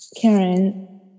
Karen